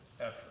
effort